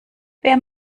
wer